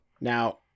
Now